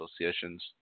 associations